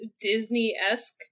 Disney-esque